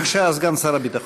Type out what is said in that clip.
בבקשה, סגן שר הביטחון.